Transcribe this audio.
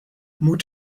moet